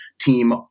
Team